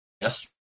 Yes